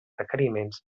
requeriments